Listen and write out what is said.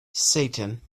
satan